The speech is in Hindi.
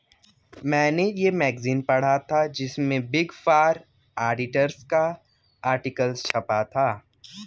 मेने ये मैगज़ीन पढ़ा था जिसमे बिग फॉर ऑडिटर्स का आर्टिकल छपा था